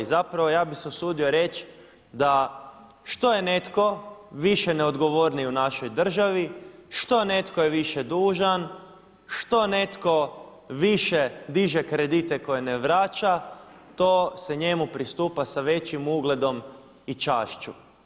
I zapravo ja bih se usudio reći da što je netko više neodgovorniji u našoj državi, što netko je više dužan, što netko više diže kredite koje ne vraća to se njemu pristupa sa većim ugledom i čašću.